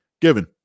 given